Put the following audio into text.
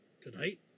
tonight